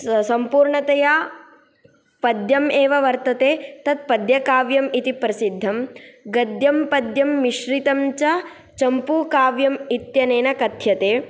स सम्पूर्णतया पद्यम् एव वर्तते तत् पद्यकाव्यम् इति प्रसिद्धं गद्यपद्यमिश्रितं च चम्पूकाव्यम् इत्यनेन कथ्यते